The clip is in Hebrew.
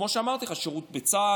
כמו שאמרתי לך, שירות בצה"ל,